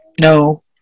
No